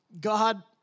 God